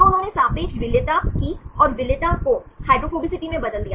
तो उन्होंने सापेक्ष विलेयता की और विलेयता को हाइड्रोफोबिसिटी में बदल दिया